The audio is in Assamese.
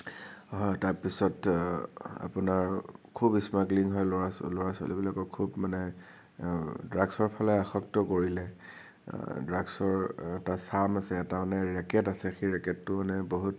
তাৰপিছত আপোনাৰ খুব ইস্মাগলিং হয় ল'ৰা ল'ৰা ছোৱালীবিলাকক খুব মানে ড্ৰাগছৰ ফালে আসক্ত কৰিলে ড্ৰাগছৰ এটা চাম আছে এটা মানে ৰেকেট আছে সেই ৰেকেটটো মানে বহুত